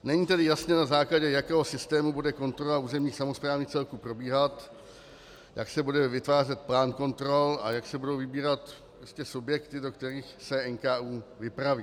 Není tedy jasné, na základě jakého systému bude kontrola územních samosprávných celků probíhat, jak se bude vytvářet plán kontrol a jak se budou vybírat subjekty, do kterých se NKÚ vypraví.